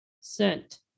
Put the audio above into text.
Sent